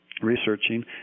researching